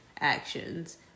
actions